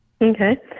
Okay